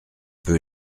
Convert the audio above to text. peu